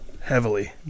Heavily